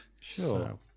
sure